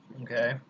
okay